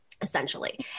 Essentially